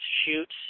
shoot